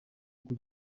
kujya